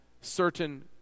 certain